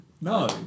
No